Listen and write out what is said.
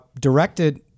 directed